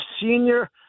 senior